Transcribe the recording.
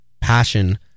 passion